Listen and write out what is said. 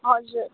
हजुर